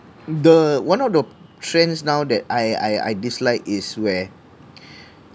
the one of the trends now that I I I dislike is where